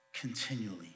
continually